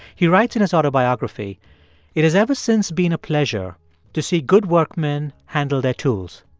he writes in his autobiography it has ever since been a pleasure to see good workmen handle their tools.